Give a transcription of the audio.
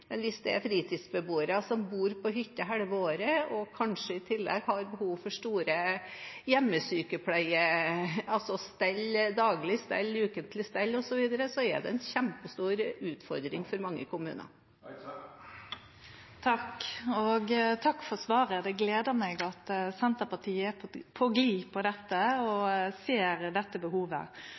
hvis det er fritidsbeboere som bor på hytta halve året, og som kanskje i tillegg har behov for mye hjemmesykepleie, altså daglig stell, ukentlig stell osv., så er det en kjempestor utfordring for mange kommuner. Takk for svaret. Det gler meg at Senterpartiet er på glid her og ser dette behovet.